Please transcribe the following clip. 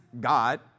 God